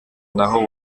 naho